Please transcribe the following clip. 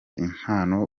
impano